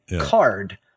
card